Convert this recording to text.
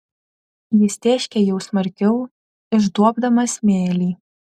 jis tėškė jau smarkiau išduobdamas smėlį